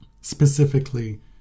specifically